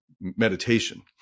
meditation